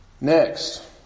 Next